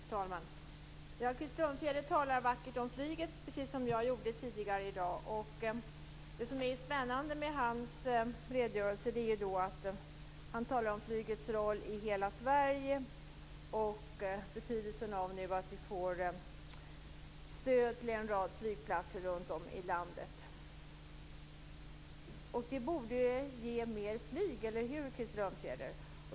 Fru talman! Krister Örnfjäder talar vackert om flyget, precis som jag tidigare i dag gjorde. Det som är spännande med Krister Örnfjäders redogörelse är att han talar om flygets roll i hela Sverige och om betydelsen av stöd till en rad flygplatser runt om i landet. Det borde ge mer flyg, eller hur Krister Örnfjäder?